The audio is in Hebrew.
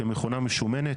כמכונה משומנת,